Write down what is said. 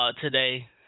today